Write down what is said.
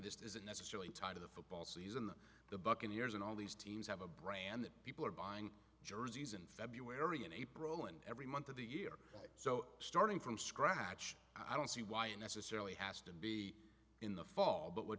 this isn't necessarily tied to the football season the buccaneers and all these teams have a brand that people are buying jerseys in february and april and every month of the year so starting from scratch i don't see why it necessarily has to be in the fall but what